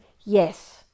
Yes